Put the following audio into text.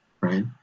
right